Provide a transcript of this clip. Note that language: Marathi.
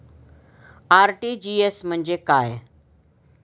आर.टी.जी.एस म्हणजे काय?